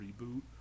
reboot